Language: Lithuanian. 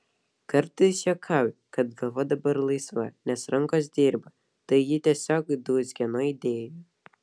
kartais juokauju kad galva dabar laisva nes rankos dirba tai ji tiesiog dūzgia nuo idėjų